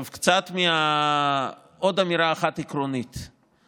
עוד אמירה עקרונית אחת: